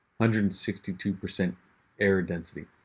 hundred and sixty two percent error density.